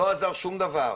לא עזר שום דבר.